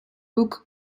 book